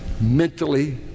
mentally